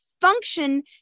function